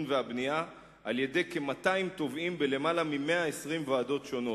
והבנייה על-ידי כ-200 תובעים בלמעלה מ-120 ועדות שונות.